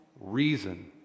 reason